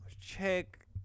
check